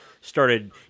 Started